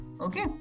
okay